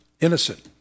innocent